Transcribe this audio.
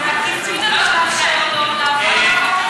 בעקיפין זה מאפשר לו לעבור על החוק הישראלי.